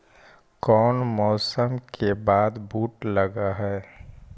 कोन मौसम के बाद बुट लग है?